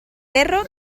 perro